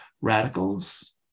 radicals